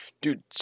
dude